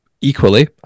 Equally